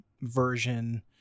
version